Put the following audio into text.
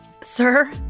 Sir